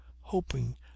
hoping